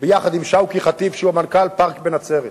יחד עם שאוקי ח'טיב, שהוא המנכ"ל, פארק בנצרת.